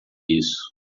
isso